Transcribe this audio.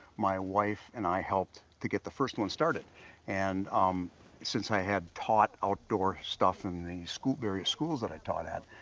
my wife and i helped to get the first one started and since i had taught outdoor stuff in the various schools that i taught at,